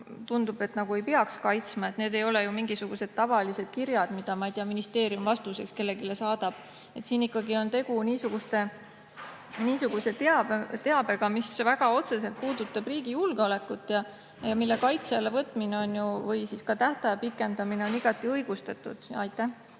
mida nagu ei peaks kaitsma. Need ei ole ju mingisugused tavalised kirjad, mida, ma ei tea, ministeerium vastuseks kellelegi saadab. Siin ikkagi on tegu niisuguse teabega, mis väga otseselt puudutab riigi julgeolekut ja mille kaitse alla võtmine või siis ka tähtaja pikendamine on igati õigustatud. Aitäh